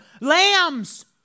lambs